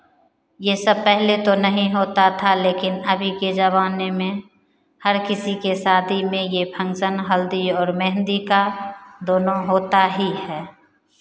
ये सब पहले तो नहीं होता था लेकिन अभी के ज़माने में हर किसी के शादी में ये फंक्शन हल्दी और मेहंदी का दोनों होता ही है